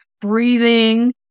breathing